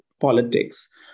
politics